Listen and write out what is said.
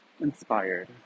inspired